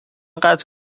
قطع